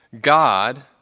God